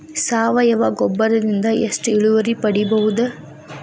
ಸಾವಯವ ಗೊಬ್ಬರದಿಂದ ಎಷ್ಟ ಇಳುವರಿ ಪಡಿಬಹುದ?